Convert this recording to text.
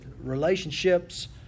relationships